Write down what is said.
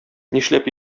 нишләп